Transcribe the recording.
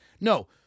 no